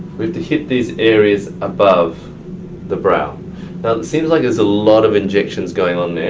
we have to hit these areas above the brow. it seems like its a lot of injections going on there.